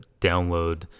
download